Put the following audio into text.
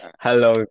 Hello